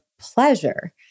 pleasure